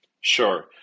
Sure